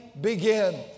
Begin